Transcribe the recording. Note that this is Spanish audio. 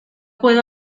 puedo